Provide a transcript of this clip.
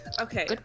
Okay